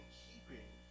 keeping